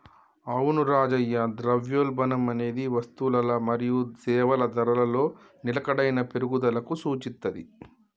అవును రాజయ్య ద్రవ్యోల్బణం అనేది వస్తువులల మరియు సేవల ధరలలో నిలకడైన పెరుగుదలకు సూచిత్తది